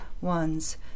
ones